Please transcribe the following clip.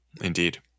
indeed